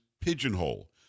pigeonhole